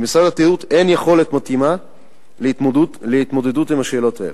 למשרד התיירות אין יכולת מתאימה להתמודדות עם השאלות האלה.